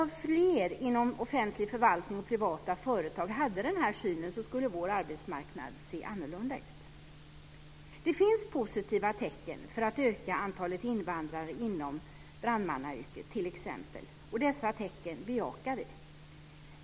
Om fler inom offentlig förvaltning och privata företag hade den här synen skulle vår arbetsmarknad se annorlunda ut. Det finns positiva tecken på att man kan öka antalet invandrare inom t.ex. brandmannayrket. Dessa tecken bejakar vi.